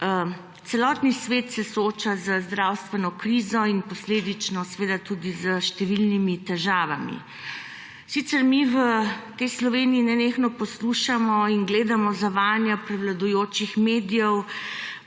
celotni svet se sooča z zdravstveno krizo in posledično seveda tudi s številnimi težavami. Mi v Sloveniji nenehno poslušamo in gledamo zavajanja prevladujočih medijev